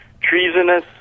treasonous